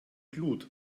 glut